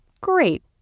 Great